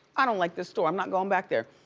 i don't like this store, i'm not goin' back there.